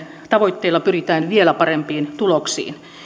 tavoitteilla pyritään vielä parempiin tuloksiin